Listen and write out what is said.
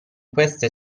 queste